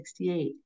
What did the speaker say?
1968